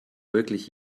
wirklich